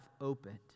opened